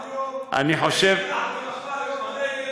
כמו היום, יום הנגב,